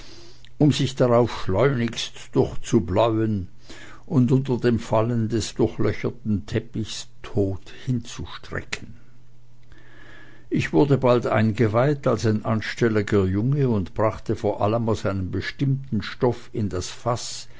um sich darauf schleunigst durchzubleuen und unter dem fallen des durchlöcherten teppichs tot hinzustrecken ich wurde bald eingeweiht als ein anstelliger junge und brachte vor allem aus einen bestimmtern stoff in das faß